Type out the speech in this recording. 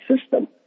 system